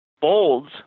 bolds